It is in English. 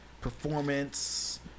performance